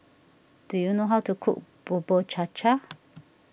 do you know how to cook Bubur Cha Cha